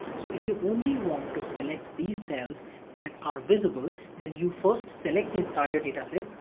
so if you only want to select these cells that are visible, then you first select the entire dataset,